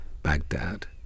Baghdad